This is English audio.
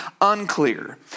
unclear